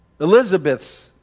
Elizabeth's